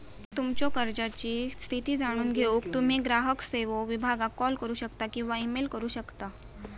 तुमच्यो कर्जाची स्थिती जाणून घेऊक तुम्ही ग्राहक सेवो विभागाक कॉल करू शकता किंवा ईमेल करू शकता